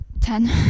Ten